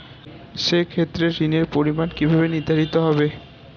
সে ক্ষেত্রে ঋণের পরিমাণ কিভাবে নির্ধারিত হবে?